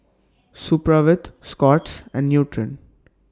Supravit Scott's and Nutren